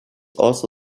also